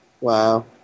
wow